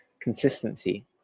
consistency